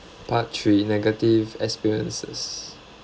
part three negative experiences